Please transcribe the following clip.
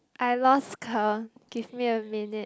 I lost count give me a minute